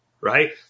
right